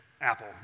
Apple